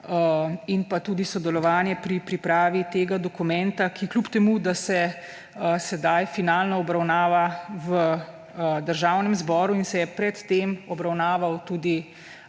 in pa tudi sodelovanje pri pripravi tega dokumenta, ki kljub temu da se sedaj finalno obravnava v Državnem zboru in se je pred tem obravnaval tudi